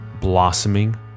blossoming